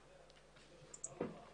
הישיבה ננעלה בשעה 15:26.